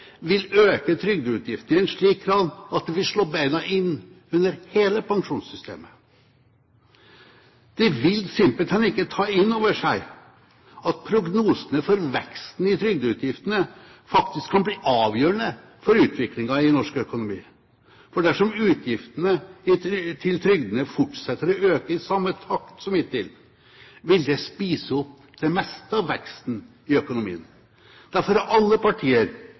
vil øke trygdeutgiftene i en slik grad at det vil slå beina under hele pensjonssystemet. De vil simpelthen ikke ta inn over seg at prognosene for veksten i trygdeutgiftene faktisk kan bli avgjørende for utviklingen i norsk økonomi. For dersom utgiftene til trygdene fortsetter å øke i samme takt som hittil, vil det spise opp det meste av veksten i økonomien. Derfor har alle partier,